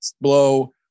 blow